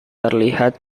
terlihat